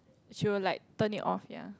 she will like turn it off ya